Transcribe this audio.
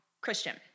Christian